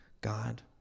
God